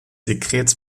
sekrets